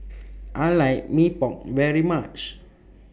I like Mee Pok very much